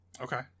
Okay